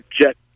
jet